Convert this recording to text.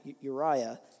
Uriah